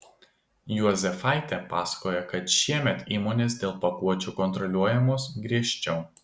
juozefaitė pasakoja kad šiemet įmonės dėl pakuočių kontroliuojamos griežčiau